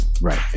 Right